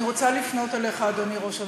אני רוצה לפנות אליך, אדוני ראש הממשלה,